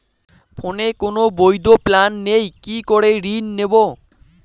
ফোনে কোন বৈধ প্ল্যান নেই কি করে ঋণ নেব?